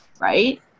right